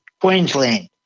Queensland